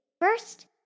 first